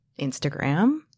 Instagram